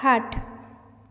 खाट